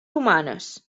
humanes